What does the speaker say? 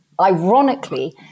Ironically